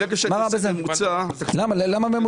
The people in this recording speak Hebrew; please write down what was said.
ברגע שאני עושה ממוצע, זה לא משנה.